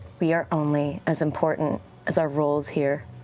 we are only as important as our roles here.